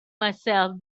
myself